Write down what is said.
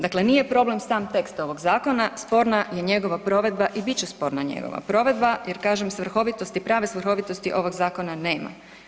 Dakle, nije problem sam tekst zakona, sporna je njegova provedba i bit će sporna njegova provedba jer kažem svrhovitost i prave svrhovitosti ovog zakona nema.